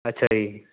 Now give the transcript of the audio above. ਅੱਛਾ ਜੀ